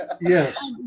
Yes